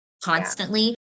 constantly